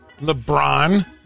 LeBron